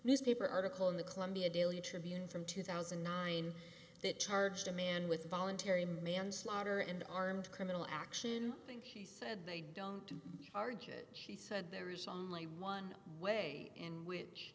newspaper article in the columbia daily tribune from two thousand and nine that charged a man with voluntary manslaughter and armed criminal action i think he said they don't argue it he said there is only one way in which